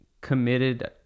committed